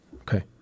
okay